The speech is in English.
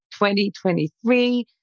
2023